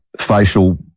facial